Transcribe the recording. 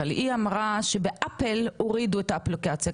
אבל היא אמרה שבאפל הורידו את האפליקציה,